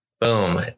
boom